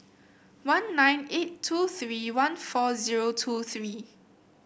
one nine eight two three one four zero two three